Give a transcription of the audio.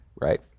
right